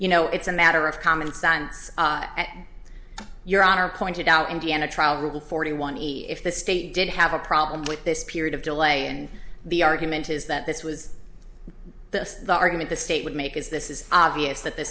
you know it's a matter of common sense your honor pointed out indiana trial rule forty one if the state did have a problem with this period of delay and the argument is that this was the us the argument the state would make is this is obvious that th